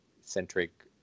centric